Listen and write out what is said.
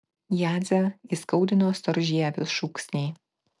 jadzę įskaudino storžievių šūksniai